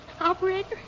Operator